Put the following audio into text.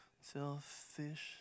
Selfish